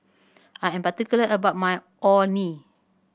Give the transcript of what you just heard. I am particular about my Orh Nee